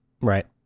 right